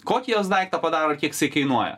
kokį jos daiktą padaro kiek jisai kainuoja